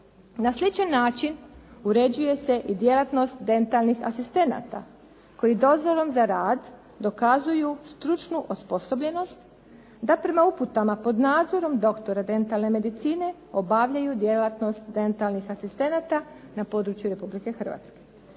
Na sličan način uređuje se i djelatnost dentalnih asistenata koji dozvolom za rad dokazuju stručnu osposobljenost da prema uputama pod nadzorom doktora dentalne medicine obavljaju djelatnost dentalnih asistenata na području Republike Hrvatske.